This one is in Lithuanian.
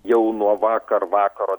jau nuo vakar vakaro